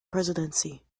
presidency